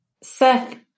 Seth